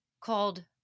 called